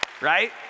Right